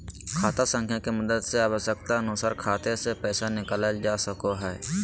खाता संख्या के मदद से आवश्यकता अनुसार खाते से पैसा निकालल जा सको हय